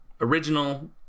original